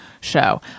show